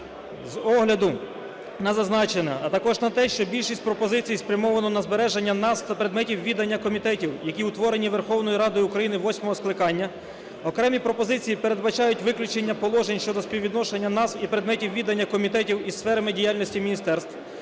З огляду на зазначене, а також на те, що більшість пропозицій спрямовано на збереження нас та предметів відання комітетів, які утворені Верховною Радою України восьмого скликання, окремі пропозиції передбачають виключення положень щодо співвідношення нас і предметів відання комітетів із сферами діяльності міністерств.